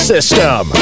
System